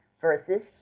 versus